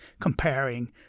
comparing